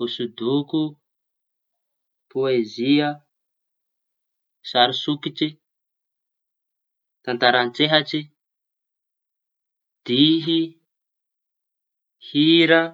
Hosodoko, pôezia, sarisokitry, tantara an-tsehatry, dihy, hira.